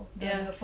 yeah